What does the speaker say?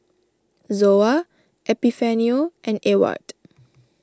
Zoa Epifanio and Ewart